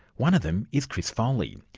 one of them is chris foley.